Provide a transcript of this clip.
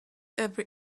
every